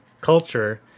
culture